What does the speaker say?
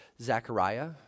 Zechariah